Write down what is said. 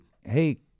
hey